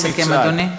נא לסכם, אדוני.